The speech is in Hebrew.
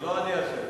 זה לא אני אשם.